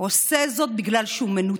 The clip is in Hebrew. הוא עושה זאת בגלל שהוא מנותק.